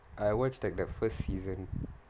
I watched like the first season